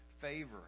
favor